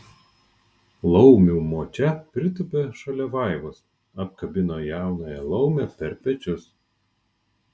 laumių močia pritūpė šalia vaivos apkabino jaunąją laumę per pečius